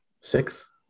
six